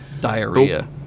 Diarrhea